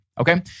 Okay